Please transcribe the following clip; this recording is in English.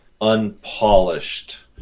unpolished